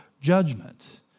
judgment